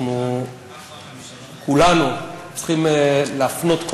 כולנו צריכים להפנות,